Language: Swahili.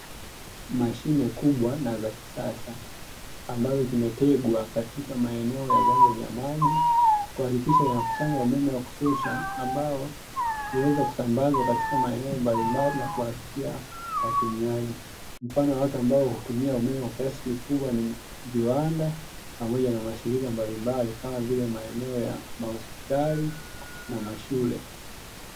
Mashine kubwa na za kisasa ambazo zimetegwa katika maeneo ya vyanzo vya maji, kuhakikisha vinakusanya umeme wa kutosha ambao huweza kusambazwa katika maeneo mbalimbali na kuwafikia watumiaji. Mfano wa watu ambao hutumia umeme kwa kiasi kikubwa ni; viwanda pamoja na mashirika mbalimbali, kama vile; maeneo ya mahospitali na mashule.